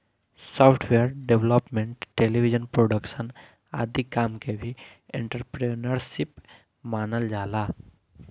software development television production आदि काम के भी एंटरप्रेन्योरशिप मानल जाला